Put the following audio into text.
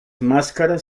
máscaras